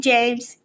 James